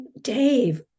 Dave